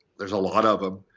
there's a lot of them.